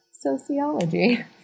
sociology